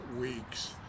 weeks